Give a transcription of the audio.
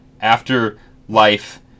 afterlife